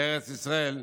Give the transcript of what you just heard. בארץ ישראל,